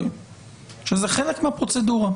שזה חלק מהפרוצדורה.